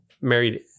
married